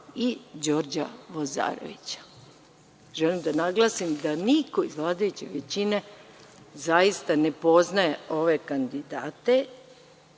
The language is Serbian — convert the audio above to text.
i Đorđa Vozarevića. Želim da naglasim da niko iz vladajuće većine zaista ne poznaje ove kandidate,